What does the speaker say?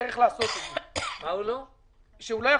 יש לו דוח 101. אתה לא יודע שהוא עובד?